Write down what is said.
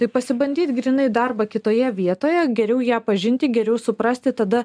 tai pasibandyt grynai darbą kitoje vietoje geriau ją pažinti geriau suprasti tada